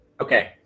Okay